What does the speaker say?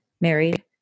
married